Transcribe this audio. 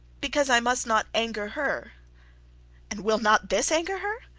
because i must not anger her and will not this anger her?